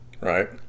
right